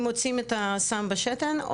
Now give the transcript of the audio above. אם מוצאים את הסם בשתן,